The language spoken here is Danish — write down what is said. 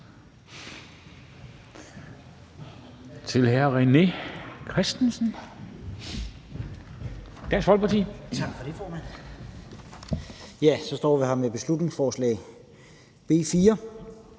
(Ordfører) René Christensen (DF): Tak for det, formand. Ja, så står vi her med beslutningsforslag nr.